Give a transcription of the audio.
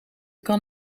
kan